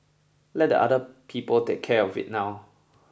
let the other people take care of it now